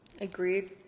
Agreed